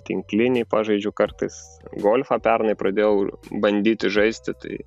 tinklinį pažaidžiu kartais golfą pernai pradėjau bandyti žaisti tai